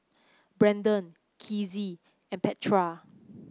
Brandon Kizzie and Petra